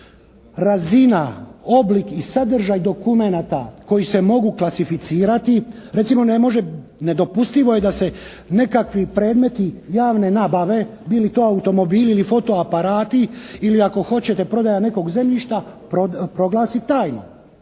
razina, oblik i sadržaj dokumenata koji se mogu klasificirati. Recimo, ne može, nedopustivo je da se nekakvi predmeti javne nabave bili to automobili ili foto aparati ili ako hoćete prodaja nekog zemljišta proglasi tajnom.